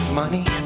money